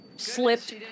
slipped